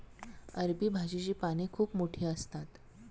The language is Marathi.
अरबी भाजीची पाने खूप मोठी असतात